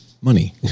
money